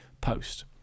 post